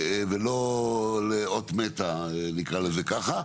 ולא לאות מתה, נקרא לזה ככה.